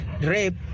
rape